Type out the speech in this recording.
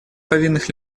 повинных